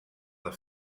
the